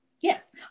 yes